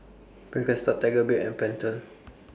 Birkenstock Tiger Beer and Pentel